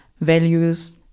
values